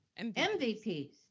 MVPs